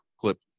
clip